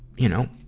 you know,